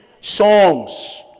songs